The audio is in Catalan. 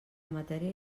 matèria